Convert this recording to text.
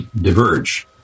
diverge